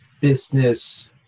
business